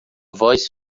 voz